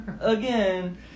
again